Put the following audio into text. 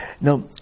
Now